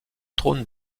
trône